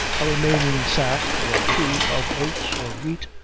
a remaining stack or two of oats or wheat,